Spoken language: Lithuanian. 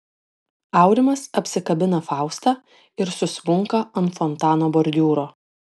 aurimas apsikabina faustą ir susmunka ant fontano bordiūro